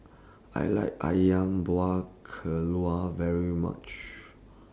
I like Ayam Buah Keluak very much